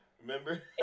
Remember